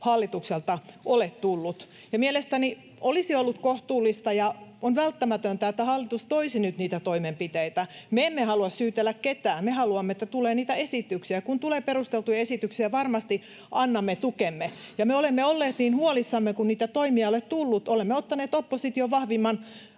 hallitukselta vielä tullut. Ja mielestäni olisi ollut kohtuullista ja on välttämätöntä, että hallitus toisi nyt niitä toimenpiteitä. Me emme halua syytellä ketään. Me haluamme, että tulee niitä esityksiä. Kun tulee perusteltuja esityksiä, varmasti annamme tukemme. Me olemme olleet niin huolissamme, kun niitä toimia ei ole tullut. Olemme ottaneet opposition vahvimman